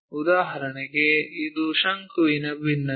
ಉದಾಹರಣೆಗೆ ಇದು ಶಂಕುವಿನ ಭಿನ್ನಕ